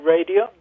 Radio